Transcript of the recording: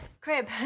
Crib